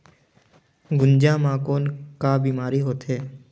गुनजा मा कौन का बीमारी होथे?